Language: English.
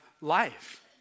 life